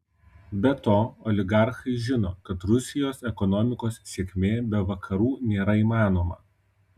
be to oligarchai žino kad rusijos ekonomikos sėkmė be vakarų nėra įmanoma